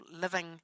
living